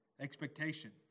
expectation